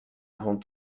avant